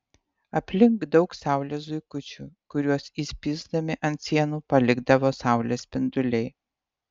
aplink daug saulės zuikučių kuriuos įspįsdami ant sienų palikdavo saulės spinduliai